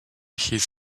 his